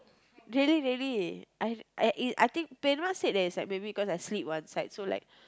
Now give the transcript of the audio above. really really I I eh said that is maybe because I sleep one side so like